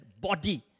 body